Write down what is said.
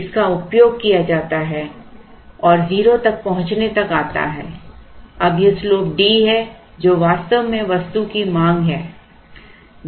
इसका उपयोग किया जाता है और 0 तक पहुंचने तक आता है अब यह slope D है जो वास्तव में वस्तु की मांग है